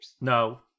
no